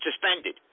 Suspended